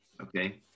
Okay